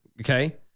Okay